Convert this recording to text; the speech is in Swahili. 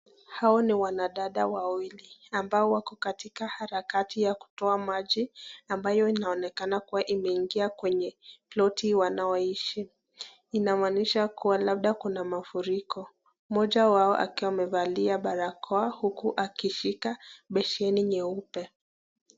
Hao ni wanadada wawili ambao wako katika harakati ya kutoa maji ambayo inaonekana kuwa imeingia kwenye ploti wanayoishi. Inamaanisha kuwa labda kuna mafuriko. Mmoja wao akiwa amevalia barakoa huku akishika besheni nyeupe.